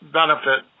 benefit